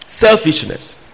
selfishness